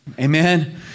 Amen